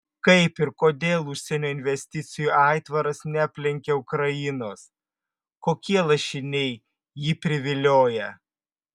kaip ir kodėl užsienio investicijų aitvaras neaplenkia ukrainos kokie lašiniai jį privilioja